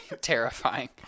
terrifying